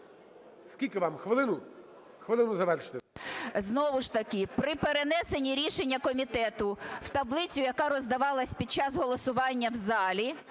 Скільки вам – хвилину? Хвилину завершити. ЮЖАНІНА Н.П. Знову ж таки, при перенесенні рішення комітету в таблицю, яка роздавалась під час голосування в залі,